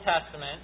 Testament